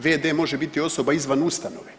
V.d. može biti osoba izvan ustanove.